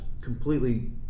completely